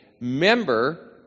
member